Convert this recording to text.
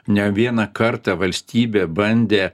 ne vieną kartą valstybė bandė